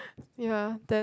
ya then